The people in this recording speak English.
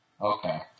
Okay